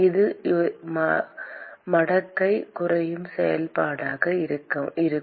இது மடக்கை குறையும் செயல்பாடாக இருக்கும்